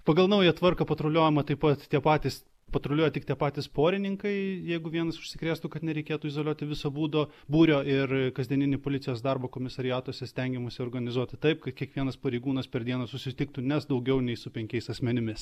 pagal naują tvarką patruliuojama taip pat tie patys patruliuoja tik tie patys porininkai jeigu vienas užsikrėstų kad nereikėtų izoliuoti viso būdo būrio ir kasdieninį policijos darbą komisariatuose stengiamasi organizuoti taip kad kiekvienas pareigūnas per dieną susitiktų ne su daugiau nei su penkiais asmenimis